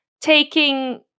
taking